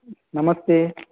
नमस्ते